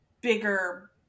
bigger